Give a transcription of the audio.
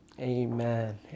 amen